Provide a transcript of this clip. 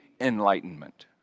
Enlightenment